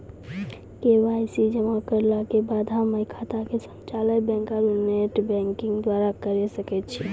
KYC जमा करला के बाद हम्मय खाता के संचालन बैक आरू नेटबैंकिंग द्वारा करे सकय छियै?